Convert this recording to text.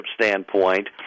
standpoint